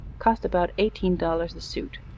cost about eighteen dollars a suit.